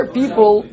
people